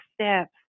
steps